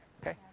Okay